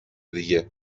دیگه